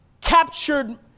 captured